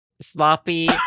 Sloppy